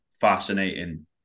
fascinating